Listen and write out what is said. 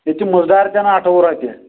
ییٚتہِ چھِ مٕزدار اَٹھووُہ رۄپیہِ